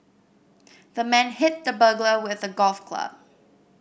the man hit the burglar with a golf club